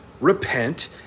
repent